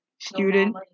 student